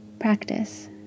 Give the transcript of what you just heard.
Practice